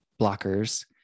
blockers